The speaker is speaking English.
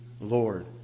Lord